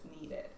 needed